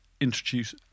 introduce